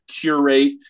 curate